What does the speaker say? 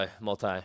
multi